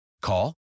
Call